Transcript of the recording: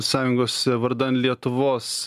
sąjungos vardan lietuvos